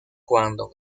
cuando